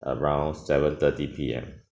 around seven thirty P_M